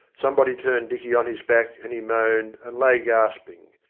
somebody turned dicky on his back, and he moaned, and lay gasping.